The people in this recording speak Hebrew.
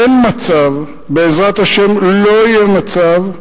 אין מצב, בעזרת השם לא יהיה מצב,